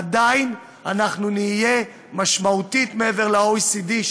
עדיין אנחנו נהיה משמעותית מעבר למדינות ה-OECD,